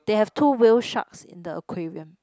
they have two Whale Sharks in the aquarium